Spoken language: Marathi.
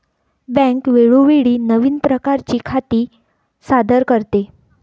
बँक वेळोवेळी नवीन प्रकारची खाती सादर करते